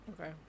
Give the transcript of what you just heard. Okay